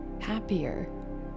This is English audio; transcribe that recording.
happier